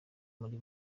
muri